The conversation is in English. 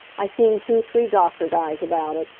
i seen two three doctor guys about it.